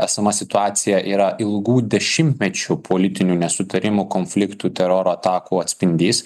esama situacija yra ilgų dešimtmečių politinių nesutarimų konfliktų teroro atakų atspindys